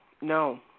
no